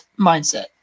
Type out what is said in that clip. mindset